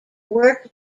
work